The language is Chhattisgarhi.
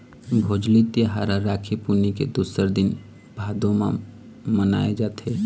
भोजली तिहार ह राखी पुन्नी के दूसर दिन भादो म मनाए जाथे